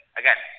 again